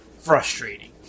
frustrating